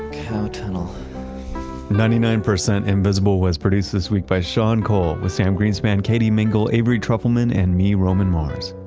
cow tunnel ninety-nine percent invisible was produced this week by sean cole with sam green's man katie mingle, avery trufelman, and me roman mars.